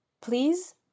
Please